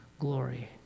glory